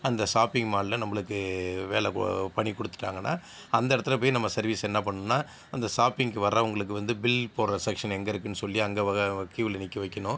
அந்த ஷாப்பிங் மால்ல நம்மளுக்கு வேலை போ பணிக் கொடுத்துட்டாங்கனா அந்த இடத்துல போய் நம்ம சர்வீஸ் என்னா பண்ணும்னா அந்த ஷாப்பிங்க்கு வர்றவங்களுக்கு வந்து பில் போடுற செக்ஷன் எங்க இருக்குதுன்னு சொல்லி அங்கே வக க்யூல நிற்க வைக்கணும்